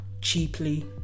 cheaply